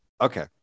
Okay